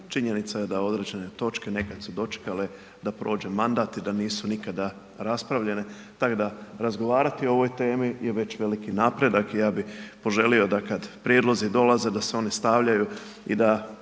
činjenica je da određene točke nekad su dočekale da prođe mandat i da nisu nikada raspravljene, tako da razgovarati o ovoj temi je već veliki napredak, i ja bih poželio da kad prijedlozi dolaze da se oni stavljaju i da